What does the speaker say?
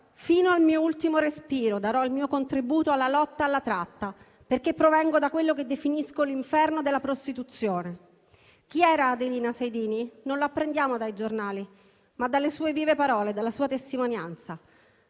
«fino al mio ultimo respiro darò il mio contributo alla lotta alla tratta perché provengo da quello che definisco l'inferno della prostituzione». Chi era Adelina Sejdini non lo apprendiamo dai giornali, ma dalle sue vive parole e dalla sua testimonianza.